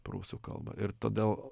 prūsų kalbą ir todėl